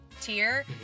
tier